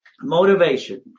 Motivation